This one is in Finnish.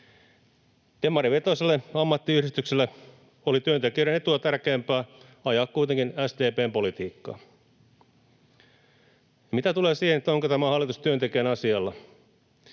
Demarivetoiselle ammattiyhdistykselle oli työntekijöiden etua tärkeämpää ajaa kuitenkin SDP:n politiikkaa. Mitä tulee siihen, onko tämä hallitus työntekijän asialla,